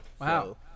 Wow